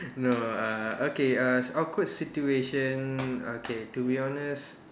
no uh okay uh awkward situation okay to be honest